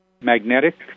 magnetic